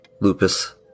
Lupus